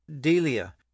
Delia